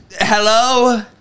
Hello